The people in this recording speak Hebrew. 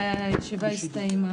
הישיבה ננעלה